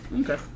Okay